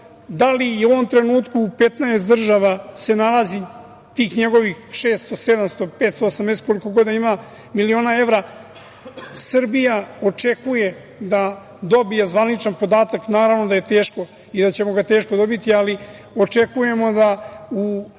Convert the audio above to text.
Da li i u ovom trenutku u 15 država se nalazi tih njegovih 600, 700, 580 koliko god da ih ima, miliona evra, Srbija očekuje da dobije zvaničan podatak, naravno da je teško, jer ćemo ga teško dobiti, ali očekujemo da u